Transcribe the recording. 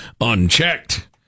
Unchecked